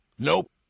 Nope